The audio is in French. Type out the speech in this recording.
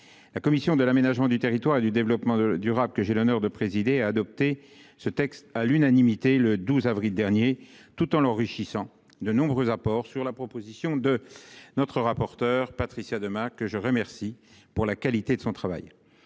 La commission de l'aménagement du territoire et du développement durable, que j'ai l'honneur de présider, a adopté ce texte à l'unanimité, le 12 avril dernier, tout en l'enrichissant de nombreux apports, sur la proposition de notre rapporteure, Patricia Demas, qui a effectué un travail